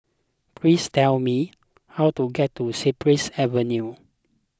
please tell me how to get to Cypress Avenue